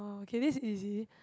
okay this is easy